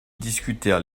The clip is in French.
discutèrent